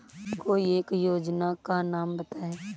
कोई एक योजना का नाम बताएँ?